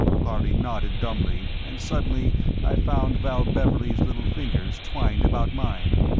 harley nodded dumbly, and suddenly i found val beverley's little fingers twined about mine.